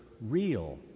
real